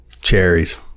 Cherries